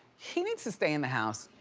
he needs to stay in the house.